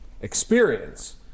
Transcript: experience